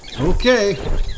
okay